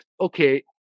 okay